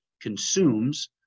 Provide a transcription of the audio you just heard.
consumes